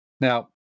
Now